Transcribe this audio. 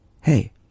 Hey